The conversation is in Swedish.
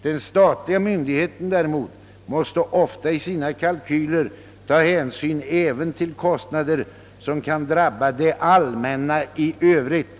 Den statliga myndigheten måste ofta i sina kalkyler ta hänsyn även till kostnader som kan drabba det allmänna i övrigt.